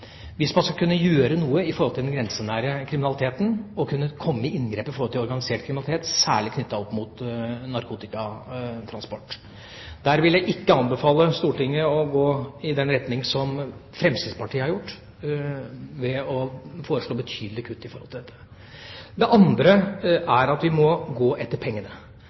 hvis man skal kunne gjøre noe med tanke på den grensenære kriminaliteten og kunne komme med inngrep i forhold til organisert kriminalitet, særlig knyttet opp mot narkotikatransport. Der vil jeg ikke anbefale Stortinget å gå i den retning som Fremskrittspartiet har gjort, ved å foreslå betydelige kutt når det gjelder dette. Det andre er at vi må gå etter pengene,